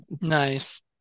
Nice